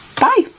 Bye